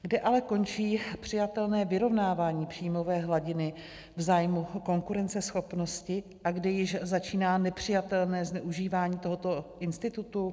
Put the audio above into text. Kde ale končí přijatelné vyrovnávání příjmové hladiny v zájmu konkurenceschopnosti a kde již začíná nepřijatelné zneužívání tohoto institutu?